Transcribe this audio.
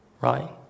right